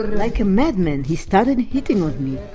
like a madman he started hitting on me,